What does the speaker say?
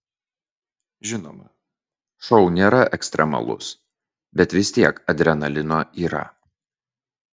žinoma šou nėra ekstremalus bet vis tiek adrenalino yra